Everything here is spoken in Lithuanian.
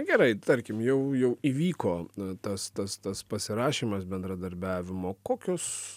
gerai tarkim jau jau įvyko na tas tas tas pasirašymas bendradarbiavimo kokios